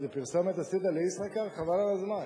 איזו פרסומת עשית ל"ישראכרט", חבל על הזמן.